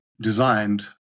designed